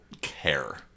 care